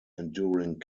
enduring